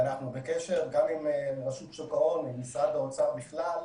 אנחנו בקשר עם רשות שוק ומשרד האוצר בכלל,